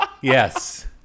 yes